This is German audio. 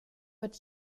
wird